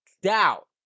doubt